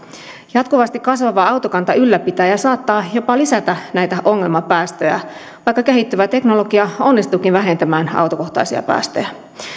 jatkuvasti kasvava autokanta ylläpitää ja saattaa jopa lisätä näitä ongelmapäästöjä vaikka kehittyvä teknologia onnistuukin vähentämään autokohtaisia päästöjä